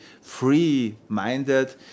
free-minded